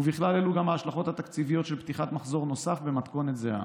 ובכלל אלו גם ההשלכות התקציביות של פתיחת מחזור נוסף במתכונת זהה.